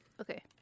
Okay